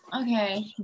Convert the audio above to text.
okay